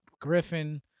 Griffin